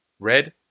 Red